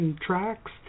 tracks